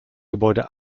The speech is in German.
gebäude